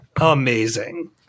amazing